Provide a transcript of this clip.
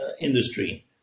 industry